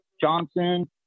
Johnson